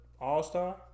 all-star